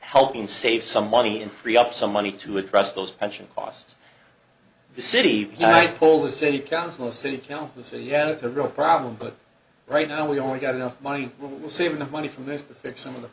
helping save some money and free up some money to address those pension costs the city i polled the city council the city council so yeah it's a real problem but right now we only got enough money we will save enough money from this to fix some of the